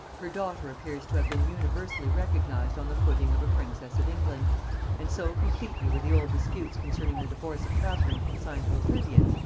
her daughter appears to have been universally recognised on the footing of a princess of england and so completely were the old disputes concerning the divorce of catherine consigned to oblivion,